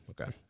okay